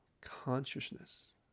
consciousness